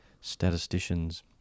statisticians